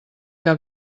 que